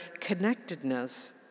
connectedness